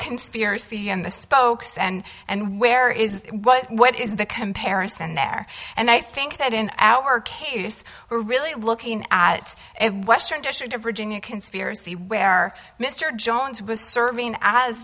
conspiracy and the spokes and and where is what is the comparison there and i think that in our case we're really looking at western district of virginia conspiracy where mr johns was serving as